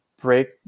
break